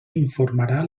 informarà